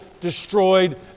destroyed